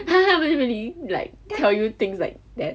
!huh! !huh! really really like tell you things like that